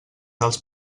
dels